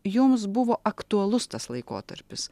jums buvo aktualus tas laikotarpis